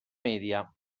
media